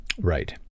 Right